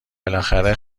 بالاخره